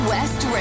West